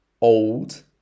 old